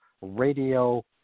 Radio